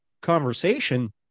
conversation